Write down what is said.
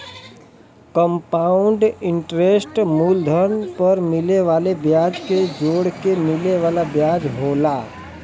compound interest मूलधन पर मिले वाले ब्याज के जोड़के मिले वाला ब्याज होला